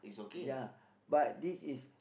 ya but this is